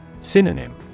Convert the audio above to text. Synonym